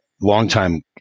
long-time